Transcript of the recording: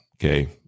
Okay